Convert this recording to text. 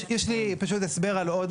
יש לי פשוט הסבר על עוד,